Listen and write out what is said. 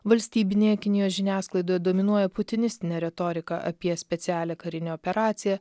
valstybinėje kinijos žiniasklaidoje dominuoja putinistinė retorika apie specialią karinę operaciją